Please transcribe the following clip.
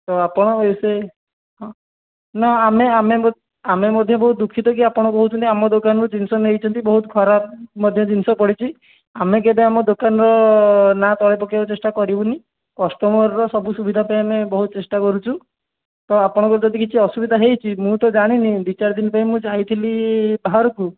ତ ଆପଣ ସେ ହଁ ନା ଆମେ ଆମେ ଆମେ ମଧ୍ୟ ବହୁତ ଦୁଃଖିତ କି ଆପଣ କହୁଛନ୍ତି ଆମ ଦୋକାନରୁ ଜିନିଷ ନେଇଛନ୍ତି ବହୁତ ଖରାପ ମଧ୍ୟ ଜିନିଷ ପଡ଼ିଛି ଆମେ କେବେ ଆମ ଦୋକାନର ନାଁ ତଳେ ପକାଇବାକୁ ଚେଷ୍ଟା କରିବୁନି କଷ୍ଟମରର ସବୁ ସୁବିଧା ପାଇଁ ଆମେ ବହୁତ ଚେଷ୍ଟା କରୁଛୁ ତ ଆପଣଙ୍କର ଯଦି କିଛି ଅସୁବିଧା ହେଇଛି ମୁଁ ତ ଯାଣିନି ଦୁଇ ଚାରିଦିନି ପାଇଁ ମୁଁ ତ ଯାଇଥିଲି ବାହାରକୁ